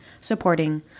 supporting